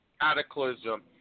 cataclysm